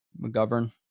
McGovern